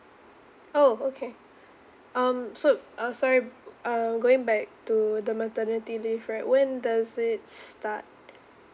oh okay um so uh sorry uh err going back to the maternity leave right when does it start